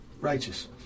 righteous